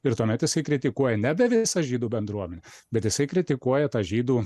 ir tuomet jisai kritikuoja nebe visą žydų bendruomenę bet jisai kritikuoja tą žydų